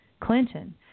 Clinton